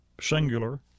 singular